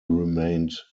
remained